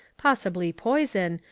possibly poison,